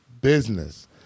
business